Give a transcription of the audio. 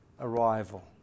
arrival